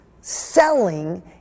selling